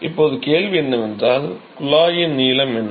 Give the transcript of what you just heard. இப்போது கேள்வி என்னவென்றால் குழாயின் நீளம் என்ன